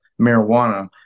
marijuana